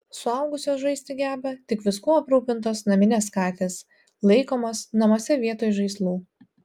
suaugusios žaisti geba tik viskuo aprūpintos naminės katės laikomos namuose vietoj žaislų